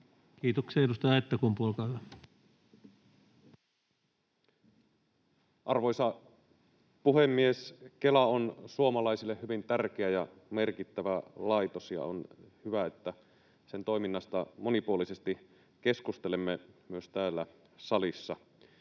Kiitoksia. — Edustaja Aittakumpu, olkaa hyvä. Arvoisa puhemies! Kela on suomalaisille hyvin tärkeä ja merkittävä laitos, ja on hyvä, että sen toiminnasta monipuolisesti keskustelemme myös täällä salissa.